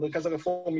המרכז הרפורמי,